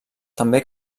també